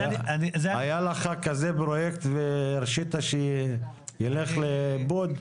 היה לך פרויקט כזה והרשית שהוא ילך לאיבוד?